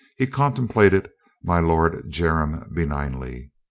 he contem plated my lord jermyn benignly.